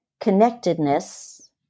connectedness